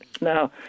Now